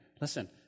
listen